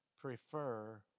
prefer